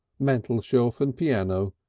mantelshelf and piano,